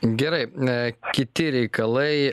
gerai ne kiti reikalai